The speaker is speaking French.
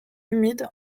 humides